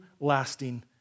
lasting